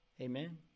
Amen